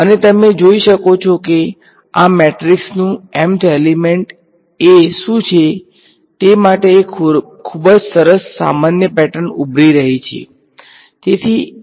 અને તમે જોઈ શકો છો કે આ મેટ્રિક્સનું mn એલીમેંટ a શું છે તે માટે એક ખૂબ જ સરસ સામાન્ય પેટર્ન ઉભરી રહી છે